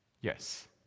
Yes